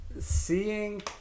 seeing